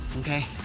okay